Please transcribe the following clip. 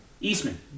eastman